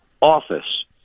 office